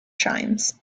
chimes